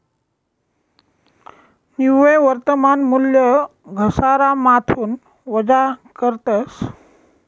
निव्वय वर्तमान मूल्य घसारामाथून वजा करतस